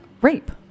rape